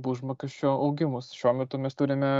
užmokesčio augimus šiuo metu mes turime